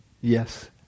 Yes